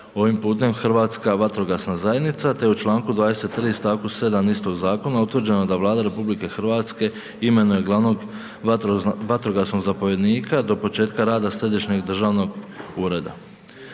ovim putem Hrvatska vatrogasna zajednica te je u članku 23. stavku 7. istog zakona da Vlada RH imenuje glavnog vatrogasnog zapovjednika do početka rada središnjeg državnog ureda.